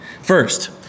First